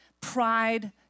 pride